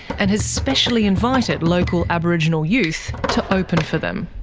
and has specially invited local aboriginal youth to open for them.